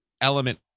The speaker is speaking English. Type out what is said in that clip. element